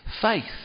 Faith